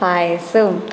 പായസവും